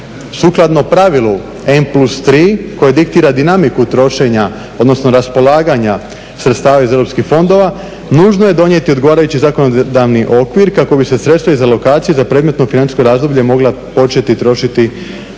sukladno pravilu N+3 koje diktira dinamiku trošenja odnosno raspolaganja sredstava iz Europskih fondova nužno je donijeti odgovarajući zakonodavni okvir kako bi se sredstva iz alokacije za predmetno financijsko razdoblje mogla početi trošiti što